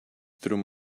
through